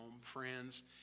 friends